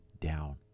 down